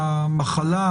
המחלה,